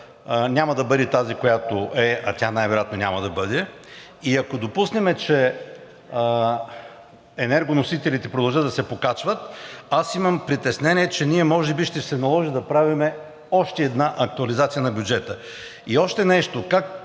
няма да бъде тази, която е, а тя най-вероятно няма да бъде, и ако допуснем, че енергоносителите продължат да се покачват, аз имам притеснение, че може би ще се наложи да правим още една актуализация на бюджета. И още нещо. Как